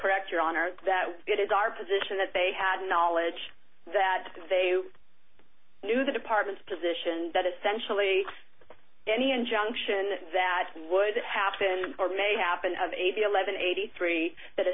correct your honor that it is our position that they had knowledge that they knew the department's position that essentially any injunction that would happen or may happen of a b eleven eighty three that